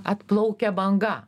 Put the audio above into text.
atplaukia banga